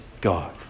God